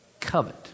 covet